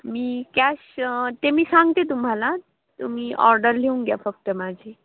मी cash ते मी सांगते तुम्हाला तुम्ही ऑर्डर लिहून घ्या फक्त माझी